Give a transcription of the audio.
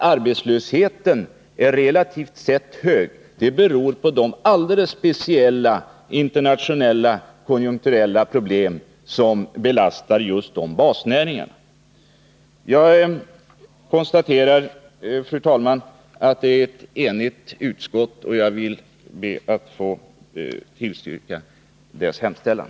Att arbetslösheten relativt sett är hög beror på de alldeles speciella internationella konjunkturproblem som belastar just de basnäringar vi har i Värmland. Jag konstaterar, fru talman, att utskottet är enigt, och jag ber att få yrka bifall till dess hemställan.